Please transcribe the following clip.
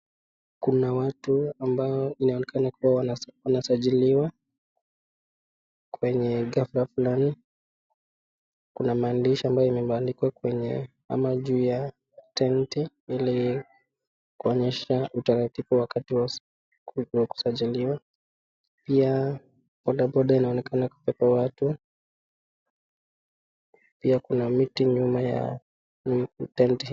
Kuna watu ambao inaonekana kuwa wanasajiliwa kwenye ghafla fulani. Kuna maandishi ambayo imeandikwa kwenye ama juu ya tenti ili kuonyesha utaratibu wakati wa kusajiliwa. Pia bodaboda inaonekana kubeba watu. Pia kuna miti nyuma ya tenti